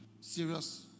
serious